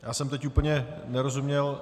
Já jsem teď úplně nerozuměl.